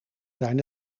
zijn